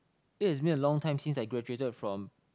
it has been a long time since I graduated from